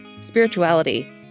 spirituality